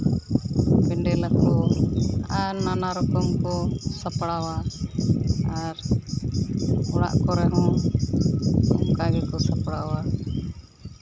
ᱯᱮᱹᱱᱰᱮᱹᱞᱟᱠᱚ ᱟᱨ ᱱᱟᱱᱟ ᱨᱚᱠᱚᱢ ᱠᱚ ᱥᱟᱯᱲᱟᱣᱟ ᱟᱨ ᱚᱲᱟᱜ ᱠᱚᱨᱮ ᱦᱚᱸ ᱚᱱᱠᱟ ᱜᱮᱠᱚ ᱥᱟᱯᱲᱟᱣᱟ